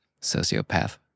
Sociopath